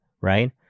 right